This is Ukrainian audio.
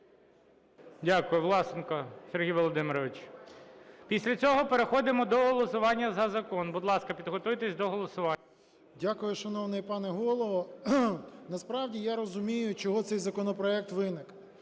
Дякую. Власенко Сергій Володимирович. Після цього переходимо до голосування за закон. Будь ласка, підготуйтеся до голосування. 17:11:51 ВЛАСЕНКО С.В. Дякую, шановний пане голово! Насправді я розумію, чого цей законопроект виник.